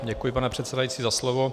Děkuji, pane předsedající, za slovo.